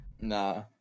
Nah